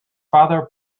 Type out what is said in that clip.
father